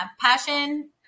passion